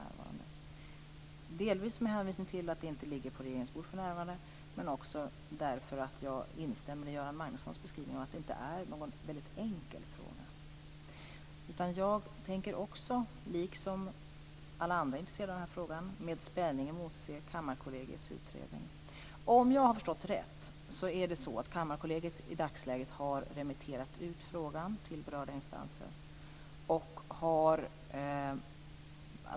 Jag gör det delvis med hänvisning till att detta för närvarande inte ligger på regeringens bord men också därför att jag instämmer i Göran Magnussons beskrivning att det inte är någon väldigt enkel fråga. Jag tänker, liksom alla andra intresserade i frågan, med spänning emotse Kammarkollegiets utredning. Såvitt jag har förstått har Kammarkollegiet i dagsläget remitterat frågan till berörda instanser.